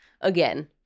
again